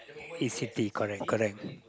is City correct correct